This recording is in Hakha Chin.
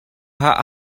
hlah